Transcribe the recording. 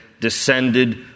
descended